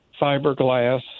fiberglass